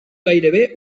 gairebé